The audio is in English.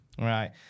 Right